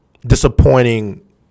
Disappointing